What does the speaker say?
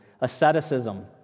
Asceticism